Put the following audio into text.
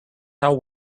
how